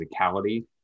physicality